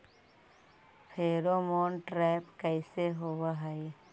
Pheromone trap कैसे होब हई?